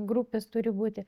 grupės turi būti